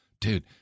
dude